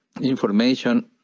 information